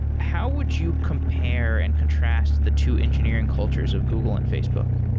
how would you compare and contrast the two engineering cultures of google and facebook?